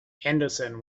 henderson